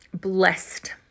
blessed